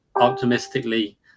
optimistically